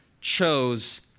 chose